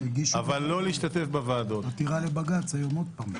אבל לא להשתתף בוועדות --- הגישו עתירה לבג"ץ היום עוד פעם.